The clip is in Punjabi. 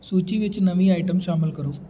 ਸੂਚੀ ਵਿੱਚ ਨਵੀਂ ਆਈਟਮ ਸ਼ਾਮਲ ਕਰੋ